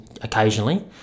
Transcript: occasionally